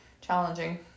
challenging